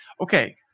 Okay